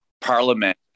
parliament